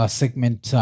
segment